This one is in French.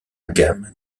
gamme